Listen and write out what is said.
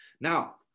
Now